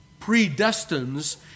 predestines